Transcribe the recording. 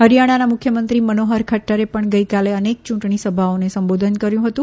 હરિયાણાના મુખ્યમંત્રી મનોહર ખદરે પણ ગઇકાલે અનેક ચૂંટણી સભાઓને સંબોધન કર્યું હતું